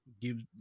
gives